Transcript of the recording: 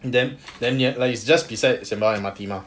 then then like is just beside sembawang M_R_T mah